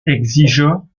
exigea